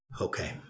Okay